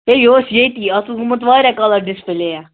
بیٚیہِ یہِ اوس ییٚتی اَتھ اوس گوٚمُت واریاہ کال اَتھ ڈِسپُلییا